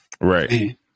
Right